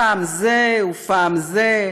פעם זה ופעם זה.